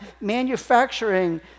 manufacturing